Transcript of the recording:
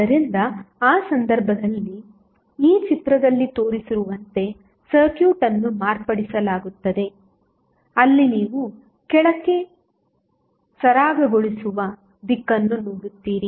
ಆದ್ದರಿಂದ ಆ ಸಂದರ್ಭದಲ್ಲಿ ಈ ಚಿತ್ರದಲ್ಲಿ ತೋರಿಸಿರುವಂತೆ ಸರ್ಕ್ಯೂಟ್ ಅನ್ನು ಮಾರ್ಪಡಿಸಲಾಗುತ್ತದೆ ಅಲ್ಲಿ ನೀವು ಕೆಳಕ್ಕೆ ಸರಾಗಗೊಳಿಸುವ ದಿಕ್ಕನ್ನು ನೋಡುತ್ತೀರಿ